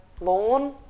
Lawn